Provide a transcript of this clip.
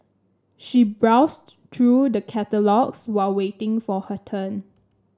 she browsed through the catalogues while waiting for her turn